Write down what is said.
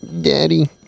Daddy